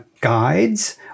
guides